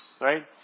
right